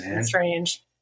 strange